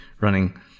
running